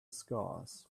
scars